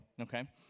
okay